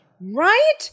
right